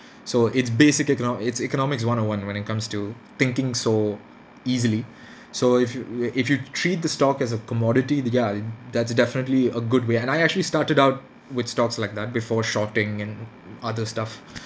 so it's basic econo~ it's economics one O one when it comes to thinking so easily so if you uh if you treat the stock as a commodity the ya that's definitely a good way and I actually started out with stocks like that before shorting and other stuff